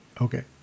Okay